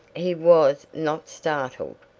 he was not startled.